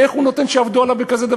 איך הוא נותן שיעבדו עליו בדבר כזה?